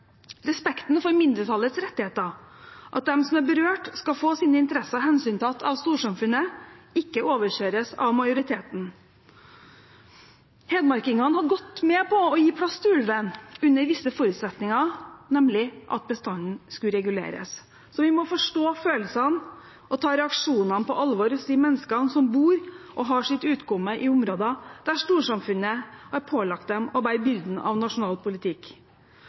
respekten for mindretallets rettigheter, at de som er berørt, skal få sine interesser hensyntatt av storsamfunnet, ikke overkjøres av majoriteten. Hedmarkingene har gått med på å gi plass til ulven under visse forutsetninger, nemlig at bestanden skulle reguleres. Så vi må forstå følelsene og ta reaksjonene på alvor hos de menneskene som bor og har sitt utkomme i områder der storsamfunnet har pålagt dem å bære byrden av nasjonal politikk.